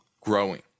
growing